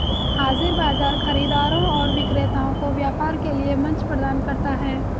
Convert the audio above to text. हाज़िर बाजार खरीदारों और विक्रेताओं को व्यापार के लिए मंच प्रदान करता है